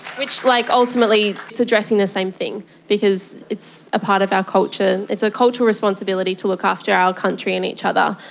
which like ultimately is addressing the same thing because it's a part of our culture. it's a cultural responsibility to look after our country and each other,